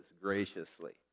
graciously